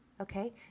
Okay